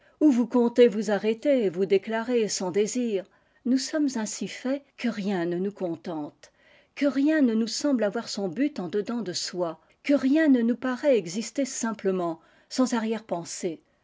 où vous comptez vous arrêter et vous déclarer sans désir nous sommes ainsi que rien ne nous contente que rien ne is semble avoir son but en dedans de soi rien ne nous paraît exister simplement de abeilles sans arrière-pensée